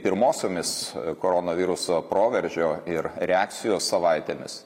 pirmosiomis koronaviruso proveržio ir reakcijos savaitėmis